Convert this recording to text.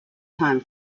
time